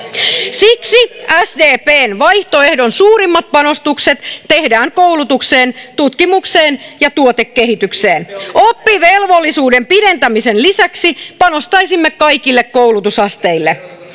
siksi sdpn vaihtoehdon suurimmat panostukset tehdään koulutukseen tutkimukseen ja tuotekehitykseen oppivelvollisuuden pidentämisen lisäksi panostaisimme kaikille koulutusasteille